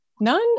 None